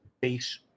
base